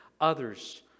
others